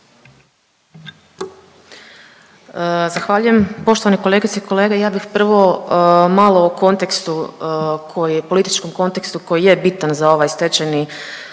Zahvaljujem. Poštovane kolegice i kolege ja bih prvo malo o kontekstu, političkom kontekstu koji je bitan za ovaj Stečajni